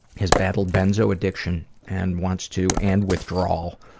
has battled benzo addiction and wants to and withdrawal,